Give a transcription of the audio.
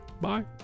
Bye